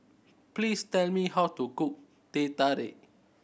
please tell me how to cook Teh Tarik